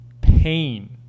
Pain